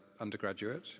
undergraduate